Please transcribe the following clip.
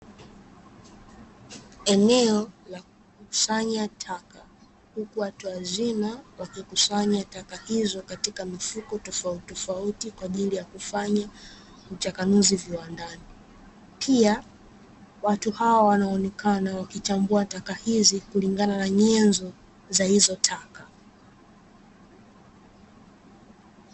Eneo la kukusanya taka huku watu wazima wakikusanya taka hizo katika mifuko tofautitofauti, kwa ajili ya kufanya uchakanuzi viwandani. Pia, watu hawa wanaonekana wakichambua taka hizi kulingana na nyenzo za hizo taka.